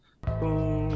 boom